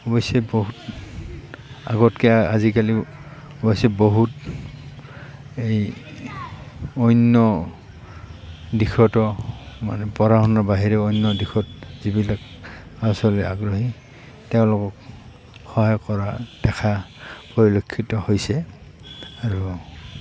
অৱশ্যে বহুত আগতকৈ আজিকালি অৱশ্যে বহুত এই অন্য দিশতো মানে পঢ়া শুনাৰ বাহিৰে অন্য দিশত যিবিলাক ল'ৰা ছোৱালী আগ্ৰহী তেওঁলোকক সহায় কৰা দেখা পৰিলক্ষিত হৈছে আৰু